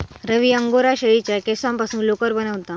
रवी angora शेळीच्या केसांपासून लोकर बनवता